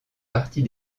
partie